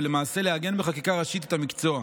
ולמעשה לעגן בחקיקה ראשית את המקצוע.